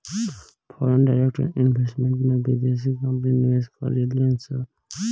foreign direct investment में बिदेसी company निवेश करेलिसन